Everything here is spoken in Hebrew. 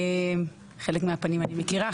חלק מהפנים אני מכירה,